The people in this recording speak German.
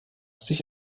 sich